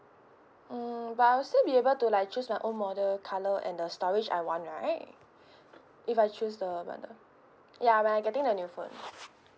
mm but I will still be able to like choose my own model colour and the storage I want right if I choose bundle ya when I getting the new phone